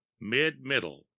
Mid-Middle